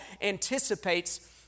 anticipates